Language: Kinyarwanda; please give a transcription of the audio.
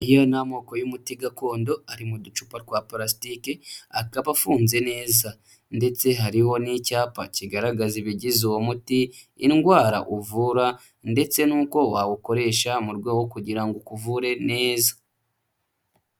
Iyo ni amoko y'umuti gakondo ari mu ducupa twa purasitike akaba afunze neza. Ndetse hariho n'icyapa kigaragaza ibigize uwo muti, indwara uvura, ndetse n'uko wawukoresha, mu rwego rwo kugira ngo ukuvure neza.